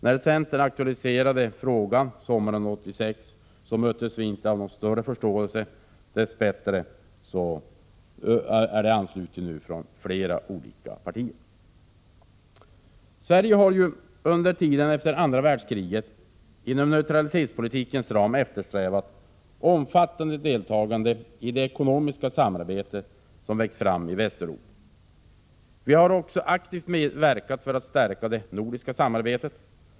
När centern aktualiserade frågan sommaren 1986 möttes vi inte av någon större förståelse. Dess bättre har förslaget nu fått anslutning från flera partier. Sverige har under tiden efter andra världskriget inom neutralitetspolitikens ram eftersträvat omfattande deltagande i det ekonomiska samarbete som vuxit fram i Västeuropa. Vi har också aktivt verkat för att stärka det nordiska samarbetet.